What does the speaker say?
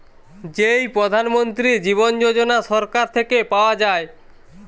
যেই প্রধান মন্ত্রী জীবন যোজনা সরকার থেকে পাওয়া যায়